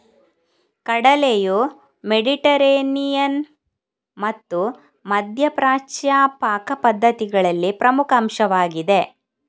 ಕಡಲೆಯು ಮೆಡಿಟರೇನಿಯನ್ ಮತ್ತು ಮಧ್ಯ ಪ್ರಾಚ್ಯ ಪಾಕ ಪದ್ಧತಿಗಳಲ್ಲಿ ಪ್ರಮುಖ ಅಂಶವಾಗಿದೆ